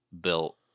built